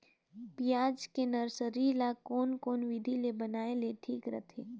पियाज के नर्सरी ला कोन कोन विधि ले बनाय ले ठीक रथे?